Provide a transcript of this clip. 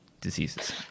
diseases